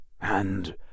And